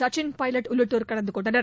சக்சின் பைலட் உள்ளிட்டோர் கலந்து கொண்டனர்